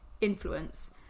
influence